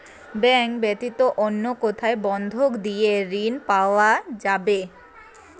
Bank ব্যাতীত অন্য কোথায় বন্ধক দিয়ে ঋন পাওয়া যাবে?